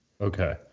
okay